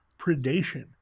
predation